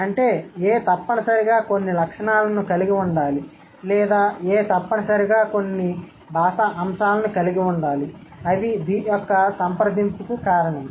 అంటే A తప్పనిసరిగా కొన్ని లక్షణాలను కలిగి ఉండాలి లేదా A తప్పనిసరిగా కొన్ని భాషా అంశాలును కలిగి ఉండాలి అవి B యొక్క సంప్రదింపుకు కారణం